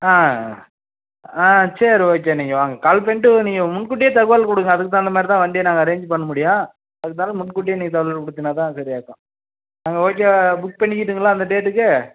ஆ ஆ சரி ஓகே நீங்கள் வாங்க கால் பண்ணிட்டு நீங்கள் முன்கூட்டியே தகவல் கொடுங்க அதுக்கு தகுந்த மாதிரி தான் வண்டியை நாங்கள் அரேஞ்ச் பண்ண முடியும் அதனால முன்கூட்டியே நீங்கள் தகவல் கொடுத்திங்கனா தான் சரியா இருக்கும் நாங்கள் ஓகே புக் பண்ணிக்கிட்டுங்களா அந்த டேட்டுக்கு